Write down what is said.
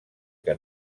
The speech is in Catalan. que